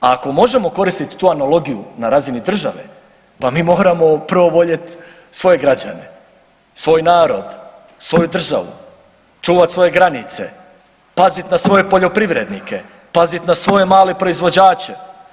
A ako možemo koristiti tu analogiju na razini države, pa mi moramo prvo voljet svoje građane, svoj narod, svoju državu, čuvat svoje granice, pazit na svoje poljoprivrednike, pazit na svoje male proizvođače.